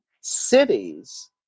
cities